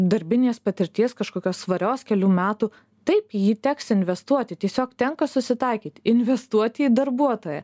darbinės patirties kažkokios svarios kelių metų taip jį teks investuoti tiesiog tenka susitaikyti investuoti į darbuotoją